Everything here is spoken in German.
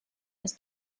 ist